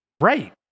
Right